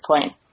point